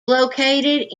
located